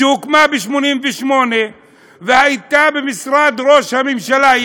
שהוקמה ב-1988 והייתה במשרד ראש הממשלה,